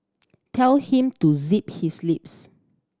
tell him to zip his lips